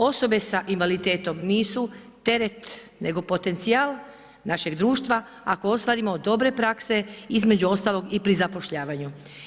Osobe sa invaliditetom nisu teret nego potencijal našeg društva ako ostvarimo dobre prakse između ostalog i pri zapošljavanju.